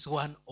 one